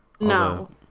No